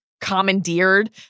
commandeered